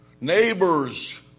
neighbors